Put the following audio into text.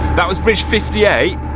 that was bridge fifty eight.